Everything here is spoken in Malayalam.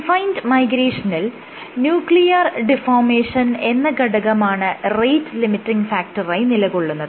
കൺഫൈൻഡ് മൈഗ്രേഷനിൽ ന്യൂക്ലിയർ ഡിഫോർമേഷൻ എന്ന ഘടകമാണ് റേറ്റ് ലിമിറ്റിങ് ഫാക്ടറായി നിലകൊള്ളുന്നത്